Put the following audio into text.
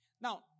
Now